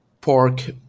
pork